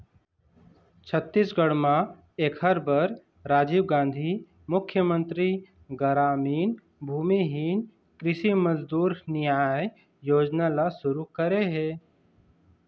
छत्तीसगढ़ म एखर बर राजीव गांधी मुख्यमंतरी गरामीन भूमिहीन कृषि मजदूर नियाय योजना ल सुरू करे हे